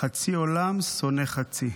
חצי עולם שונא חצי".